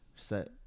set